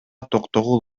токтогул